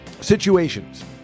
situations